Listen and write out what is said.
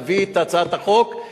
נביא את הצעות החוק,